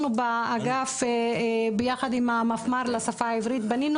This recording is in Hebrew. אנחנו באגף ביחד עם המפמ"ר לשפה העברית בנינו